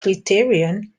criterion